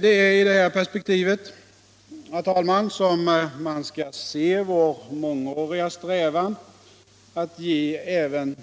Det är i detta perspektiv, herr talman, som man skall se vår mångåriga strävan att ge även